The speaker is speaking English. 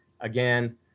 Again